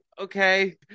okay